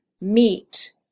meet